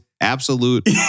absolute